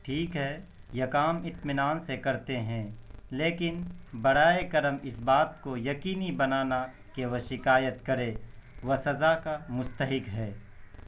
ٹھیک ہے یہ کام اطمنان سے کرتے ہیں لیکن براہ کرم اس بات کو یقینی بنانا کہ وہ شکایت کرے وہ سزا کا مستحق ہے